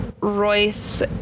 Royce